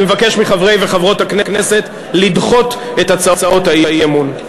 אני מבקש מחברי וחברות הכנסת לדחות את הצעות האי-אמון.